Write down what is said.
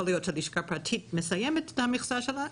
יכול להיות שלשכה פרטית מסיימת את המכסה שלה,